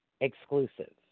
exclusive